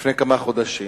לפני כמה חודשים